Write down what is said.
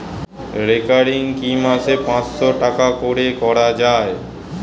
Recurring কি মাসে পাঁচশ টাকা করে করা যায়?